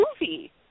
movie